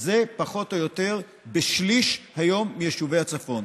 זה היום פחות או יותר בשליש מיישובי הצפון,